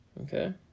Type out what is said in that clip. Okay